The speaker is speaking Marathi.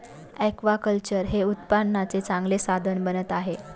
ऍक्वाकल्चर हे उत्पन्नाचे चांगले साधन बनत आहे